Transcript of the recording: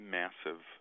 massive